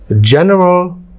general